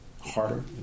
harder